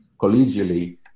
collegially